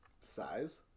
Size